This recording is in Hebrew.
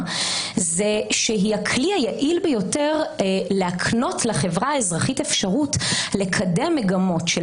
זה שהיא הכלי היעיל ביותר להקנות לחברה האזרחית אפשרות לקדם מגמות של